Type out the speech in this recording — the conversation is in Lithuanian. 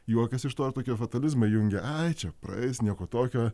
juokiasi iš to ir tokie fatalizmą įjungia ai čia praeis nieko tokio